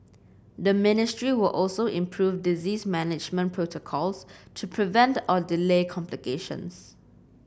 the ministry will also improve disease management protocols to prevent or delay complications